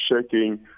shaking